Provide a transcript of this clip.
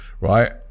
right